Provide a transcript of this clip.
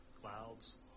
clouds